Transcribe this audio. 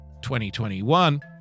2021